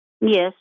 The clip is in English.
Yes